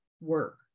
work